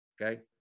Okay